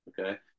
Okay